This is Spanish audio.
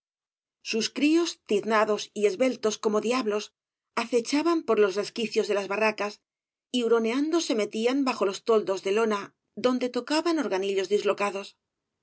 sus crios tiznados y esbeltos fz s obras de valle inclan como diablos acechaban por los resquicios de las barracas y huroneando se metían bajo los toldos de lona donde tocaban organillos dislocados